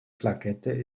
plakette